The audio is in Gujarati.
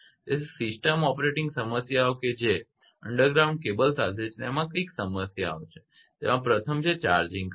તેથી સિસ્ટમ ઓપરેટિંગ સમસ્યાઓ કે જે અંડરગ્રાઉન્ડ કેબલ સાથે છે એમાં કઈ સમસ્યાઓ છે તેમાં પ્રથમ છે ચાર્જિંગ કરંટ